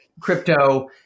crypto